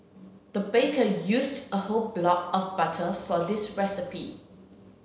the baker used a whole block of butter for this recipe